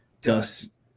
dust